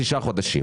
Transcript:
שישה חודשים.